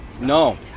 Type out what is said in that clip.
No